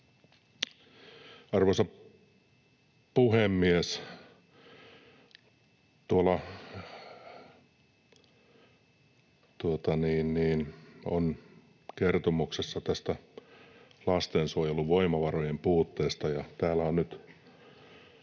Arvoisa puhemies! Tuolla on kertomuksessa lastensuojelun voimavarojen puutteesta,